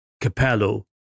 Capello